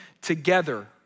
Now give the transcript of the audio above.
together